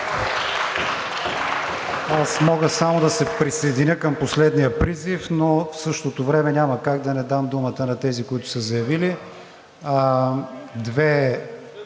Аз мога само да се присъединя към последния призив, но в същото време няма как да не дам думата на тези, които са заявили.